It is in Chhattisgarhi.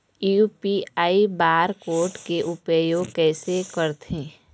यू.पी.आई बार कोड के उपयोग कैसे करथें?